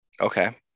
Okay